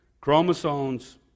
Chromosomes